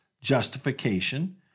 justification